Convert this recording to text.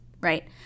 right